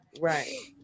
Right